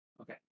Okay